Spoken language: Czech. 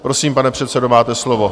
Prosím, pane předsedo, máte slovo.